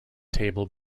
table